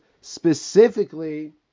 specifically